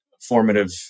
formative